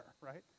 right